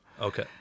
okay